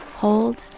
Hold